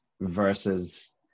versus